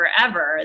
forever